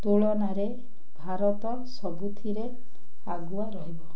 ତୁଳନାରେ ଭାରତ ସବୁଥିରେ ଆଗୁଆ ରହିବ